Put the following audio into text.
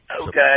Okay